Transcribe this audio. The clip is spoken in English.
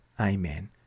Amen